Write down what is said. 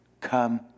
come